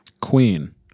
Queen